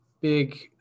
big